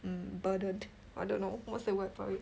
mm burdened I don't know what's the word for it